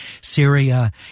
Syria